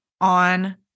on